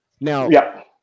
Now